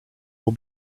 will